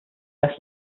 best